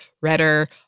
redder